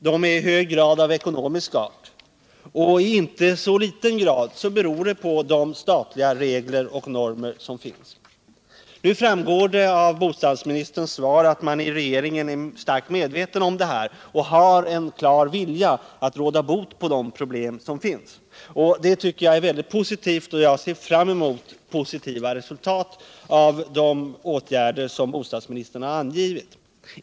De är i hög grad av ekonomisk art, och i inte så liten grad beror de på de statliga regler och normer som finns. Nu framgår det av bostadsministerns svar att man i regeringen är starkt medveten om detta och har en klar vilja att komma till rätta med de problem som finns. Det tycker jag är mycket positivt, och jag ser fram mot positiva resultat av de åtgärder som bostadsministern har angivit.